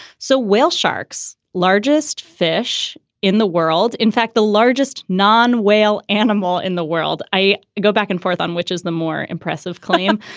so whale sharks, largest fish in the world. in fact, the largest non whale animal in the world i go back and forth on, which is the more impressive clam.